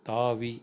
தாவி